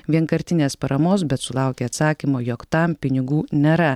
vienkartinės paramos bet sulaukė atsakymo jog tam pinigų nėra